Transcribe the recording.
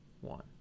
one